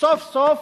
סוף-סוף